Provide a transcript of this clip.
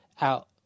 out